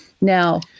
Now